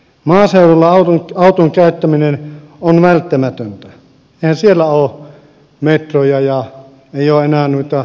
maaseudulla auton käyttäminen on välttämätöntä eihän siellä ole metroja eikä ole enää linja autoja